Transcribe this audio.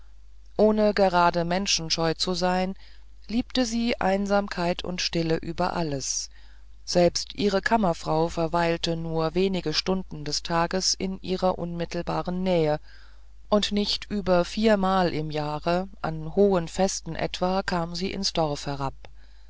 ohne gerade menschenscheu zu sein liebte sie einsamkeit und stille über alles selbst ihre kammerfrau verweilte nur wenige stunden des tags in ihrer unmittelbaren nähe und nicht über viermal im jahre an hohen festen etwa kam sie ins dorf herab